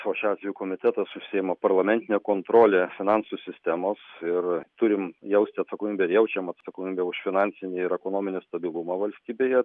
o šiuo atveju komitetas užsiima parlamentine kontrole finansų sistemos ir turim jausti atsakomybę ir jaučiam atsakomybę už finansinį ir ekonominį stabilumą valstybėje